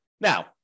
Now